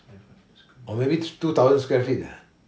or maybe it's two thousand square feet uh